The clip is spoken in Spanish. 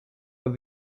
los